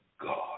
God